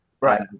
Right